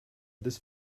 this